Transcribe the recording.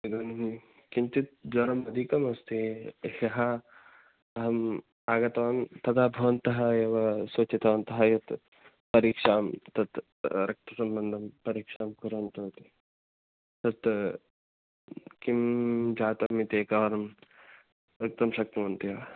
इदानीं किञ्चित् ज्वरम् अधिकम् अस्ति ह्यः अहम् आगतवान् तदा भवन्तः एव सूचितवन्तः यत् परीक्षां तत् रक्तसम्बन्धिः परीक्षां करोमीति वदति तत् किं जातमिति एकवारं वक्तुं शक्नुवन्ति वा